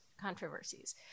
controversies